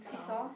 seesaw